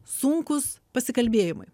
sunkūs pasikalbėjimai